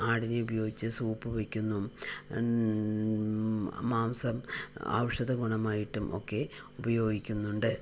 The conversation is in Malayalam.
ആടിനെ ഉപയോഗിച്ച് സൂപ്പ് വയ്ക്കുന്നു മാംസം ഔഷധഗുണമായിട്ടും ഒക്കെ ഉപയോഗിക്കുന്നുണ്ട്